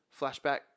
flashback